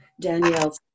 Danielle